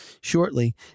shortly